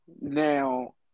now